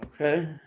Okay